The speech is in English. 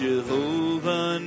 Jehovah